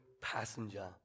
passenger